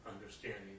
understanding